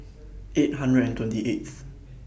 eight hundred and twenty eighth